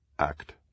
act